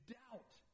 doubt